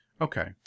Okay